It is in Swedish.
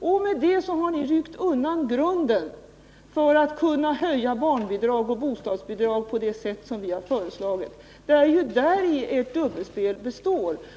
Därmed har ni ryckt undan grunden för att kunna höja barnbidrag och bostadsbidrag på det sätt som vi har föreslagit. Det är däri ert dubbelspel består.